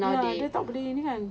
ya dia tak boleh ini kan